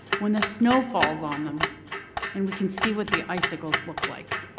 when the snow falls on them and we can see what the icicles look like.